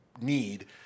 need